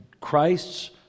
Christ's